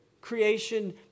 creation